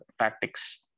tactics